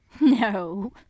No